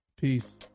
peace